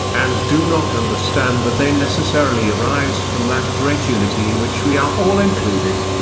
and do not understand that they necessarily arise from that great unity in which we are all included.